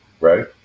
right